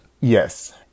Yes